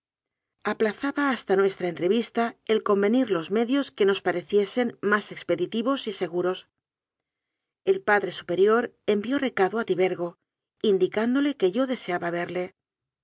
aplazaba hasta nuestra entrevista el convenir los medios que nos pareciesen más expe ditivos y seguros el padre superior envió recado a tibergo indicándole que yo deseaba verle